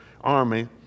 army